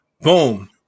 boom